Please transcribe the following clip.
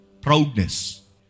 Proudness